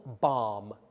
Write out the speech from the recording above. bomb